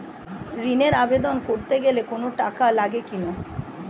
ঋণের আবেদন করতে গেলে কোন টাকা লাগে কিনা?